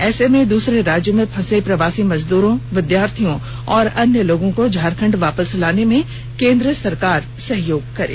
ऐसे में दूसरे राज्यो में फंसे प्रवासी मजदूरों विद्यार्थियों और अन्य लोगों को झारखण्ड वापस लाने में केन्द्र सरकार सहयोग करे